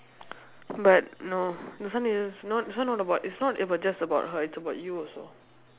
but no this one is not this one not about it's not just about her it's about you also